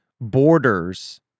borders